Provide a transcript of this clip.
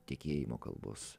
tekėjimo kalbos